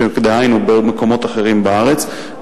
דהיינו במקומות אחרים בארץ,